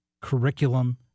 curriculum